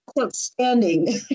Outstanding